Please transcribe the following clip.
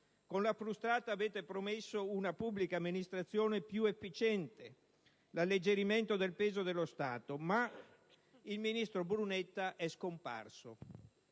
Con la frustata avete promesso una pubblica amministrazione più efficiente, l'alleggerimento del peso dello Stato, ma il ministro Brunetta è scomparso.